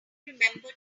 remember